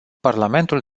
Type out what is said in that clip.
parlamentul